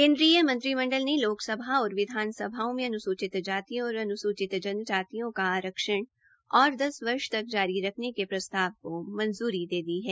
केन्द्रीय मंत्रिमंडल ने लोकसभा और राज्य की विधानसभाओं में अन्सुचित जातियों और जनजातीयों का आरक्षण ओर दस वर्ष तक जारी रखने के प्रस्ताव को मंजूरी दे दी है